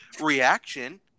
reaction